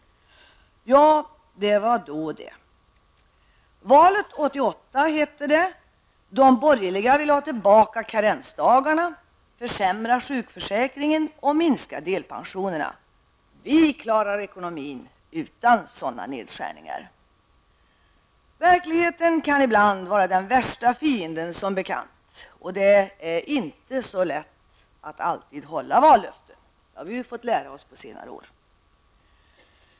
Ja, det var då det. Valet 1988 hette det: ''De borgerliga vill ha tillbaka karensdagarna, försämra sjukförsäkringen och minska delpensionen! -- Vi klarar ekonomin utan sådana nedskärningar.'' Som bekant kan verkligheten ibland vara den värsta fienden, och det är inte så lätt att alltid hålla vallöften. Det har vi blivit varse under senare år.